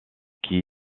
qui